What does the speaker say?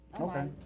Okay